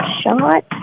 shot